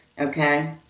Okay